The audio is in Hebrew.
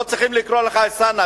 לא צריכים לקרוא לך "אלסאנע",